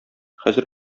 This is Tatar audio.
хәзер